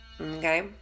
Okay